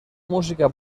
música